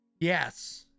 yes